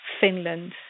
Finland